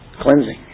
Cleansing